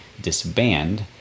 disband